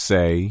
Say